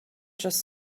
just